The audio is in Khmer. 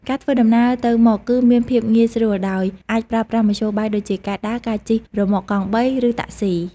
ការធ្វើដំណើរទៅមកគឺមានភាពងាយស្រួល ដោយអាចប្រើប្រាស់មធ្យោបាយដូចជា ការដើរ ការជិះរ៉ឺម៉កកង់បី ឬតាក់ស៊ី។